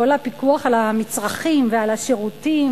כל הפיקוח על המצרכים ועל השירותים,